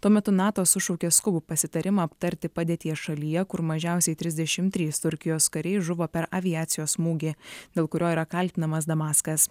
tuo metu nato sušaukė skubų pasitarimą aptarti padėties šalyje kur mažiausiai trisdešimt trys turkijos kariai žuvo per aviacijos smūgį dėl kurio yra kaltinamas damaskas